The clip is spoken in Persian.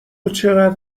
چقدر